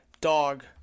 dog